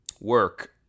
work